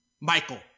Michael